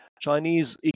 Chinese